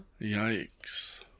Yikes